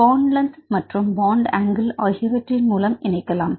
font length மற்றும் bond angle ஆகியவற்றின் மூலம் இணைக்கலாம்